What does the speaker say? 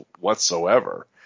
whatsoever